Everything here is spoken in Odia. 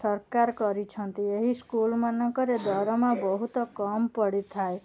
ସରକାର କରିଛନ୍ତି ଏହି ସ୍କୁଲ ମାନଙ୍କରେ ଦରମା ବହୁତ କମ୍ ପଡ଼ିଥାଏ